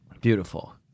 Beautiful